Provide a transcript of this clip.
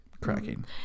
cracking